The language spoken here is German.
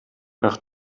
nach